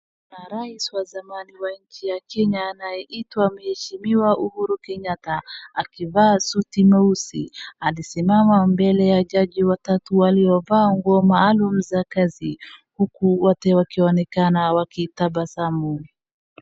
Rais wa zamani wa nchi ya Kenya anayeitwa mweshimiwa Uhuru Kenyatta akivaa suti nyeusi alisimama mbele ya jaji watatu waliyovaa nguo maalum za kazi huku wote wakionekana wakitabasamu .